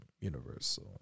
universal